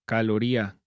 Caloría